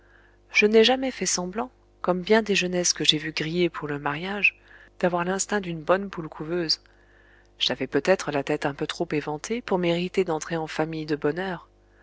je n'ai jamais fait semblant comme bien des jeunesses que j'ai vues griller pour le mariage d'avoir l'instinct d'une bonne poule couveuse j'avais peut-être la tête un peu trop éventée pour mériter d'entrer en famille de bonne